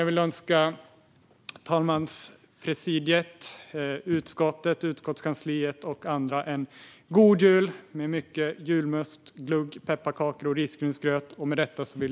Jag önskar talmanspresidiet, utskottet, utskottskansliet och alla andra en god jul med mycket julmust, glögg, pepparkakor och risgrynsgröt.